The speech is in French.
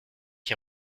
qui